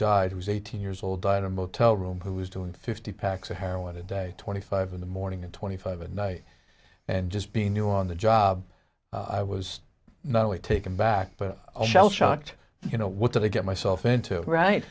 died who was eighteen years old died in a motel room who was doing fifty packs of heroin in day twenty five in the morning and twenty five a night and just being new on the job i was not only taken aback but shell shocked you know what did they get myself into right